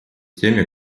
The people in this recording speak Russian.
теми